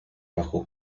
bajo